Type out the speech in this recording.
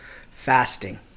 fasting